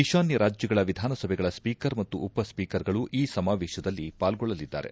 ಈತಾನ್ಲ ರಾಜ್ಯಗಳ ವಿಧಾನಸಭೆಗಳ ಸ್ವೀಕರ್ ಮತ್ತು ಉಪ ಸ್ವೀಕರ್ಗಳು ಈ ಸಮಾವೇಶದಲ್ಲಿ ಪಾಲ್ಗೊಳ್ಳಲಿದ್ದಾರೆ